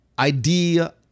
idea